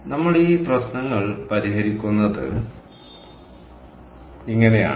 നമ്മൾ ഈ പ്രശ്നങ്ങൾ പരിഹരിക്കുന്നത് ഇങ്ങനെയാണ്